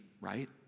right